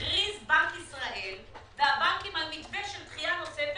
הכריז בנק ישראל והבנקים על מתווה של דחייה נוספת,